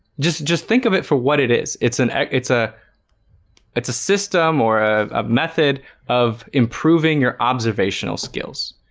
just just think of it for what it is. it's an act it's a it's a system or a method of improving your observational skills.